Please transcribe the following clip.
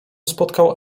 spotkał